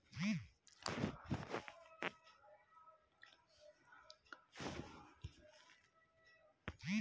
commercial bank ಗಳು ಭಾರತದ ಸಣ್ಣ ಮತ್ತು ದೊಡ್ಡ ಮತ್ತು ಮಧ್ಯಮ ಕೈಗಾರಿಕೆ ಸಾಲ ಸೌಲಭ್ಯ ನೀಡುತ್ತದೆ